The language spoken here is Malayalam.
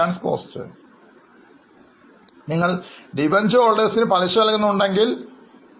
നിങ്ങൾ ബാങ്കിൽ നിന്ന് വായ്പ എടുത്തു എന്ന് കരുതുക ഓരോ quarter അവസാനത്തിൽ നിങ്ങൾ പലിശ നൽകേണ്ടിവരും ഇതൊരു finance cost ആണ്